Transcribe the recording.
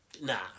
Nah